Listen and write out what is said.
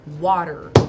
water